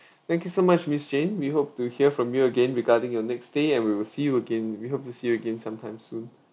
thank you so much miss jane we hope to hear from you again regarding your next stay and we will see you again we hope to see you again sometime soon